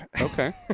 Okay